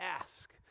ask